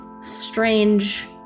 strange